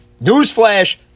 Newsflash